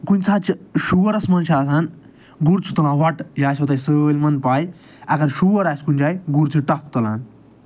کُنہِ ساتہٕ چھِ شورَس منٛز چھِ آسان گُر چھُ تُلان وۄٹہٕ یہِ آسیو تۄہہِ سٲلمَن پَے اَگر شور آسہِ کُنہِ جایہِ گُر چھِ ٹَپھ تُلان